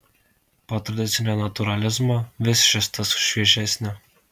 po tradicinio natūralizmo vis šis tas šviežesnio